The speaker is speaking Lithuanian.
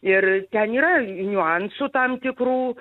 ir ten yra niuansų tam tikrų